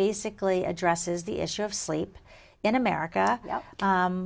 basically addresses the issue of sleep in america